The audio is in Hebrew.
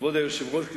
כבוד היושב-ראש,